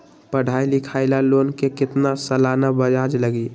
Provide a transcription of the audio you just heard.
पढाई लिखाई ला लोन के कितना सालाना ब्याज लगी?